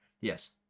Yes